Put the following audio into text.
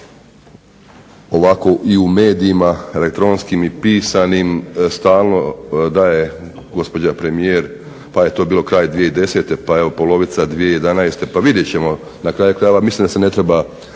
ovako i u medijima elektronskim i pisanim stalno daje gospođa premijer pa je to bilo kraj 2010., pa evo polovica 2011. pa vidjet ćemo. Na kraju krajeva, mislim da se ne treba